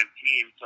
team